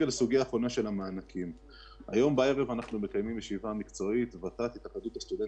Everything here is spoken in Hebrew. היום בערב אנחנו מקיימים ישיבה מקצועית עם ות"ת ועם התאחדות הסטודנטים.